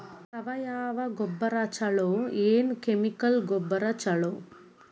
ಸಾವಯವ ಗೊಬ್ಬರ ಛಲೋ ಏನ್ ಕೆಮಿಕಲ್ ಗೊಬ್ಬರ ಛಲೋ?